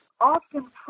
often